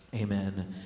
amen